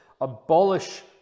abolish